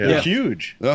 huge